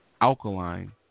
alkaline